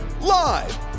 Live